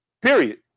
Period